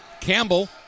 Campbell